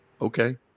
okay